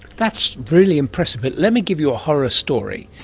that's really impressive. let me give you a horror story.